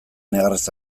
negarrez